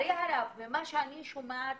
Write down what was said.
ממה שאני שומעת